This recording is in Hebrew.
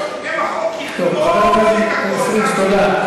כל, חבר הכנסת פריג', תודה.